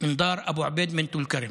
ממשפחת אבו עביד מטול כרם.